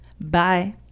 Bye